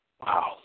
Wow